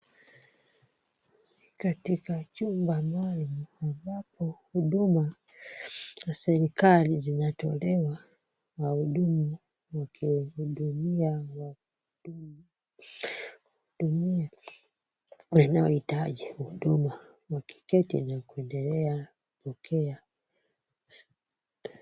Katika chumba maalum ambapo huduma za serikali zinatolewa, wahudumu wakiwahudumia wanaohitaji huduma wakiketi na kundelea kupokea..